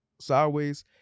sideways